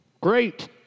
Great